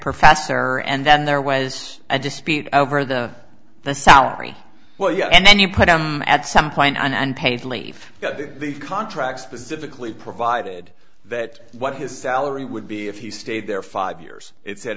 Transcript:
professor and then there was a dispute over the the salary well yes and then you put him at some point and paid leave got the contract specifically provided that what his salary would be if he stayed there five years it said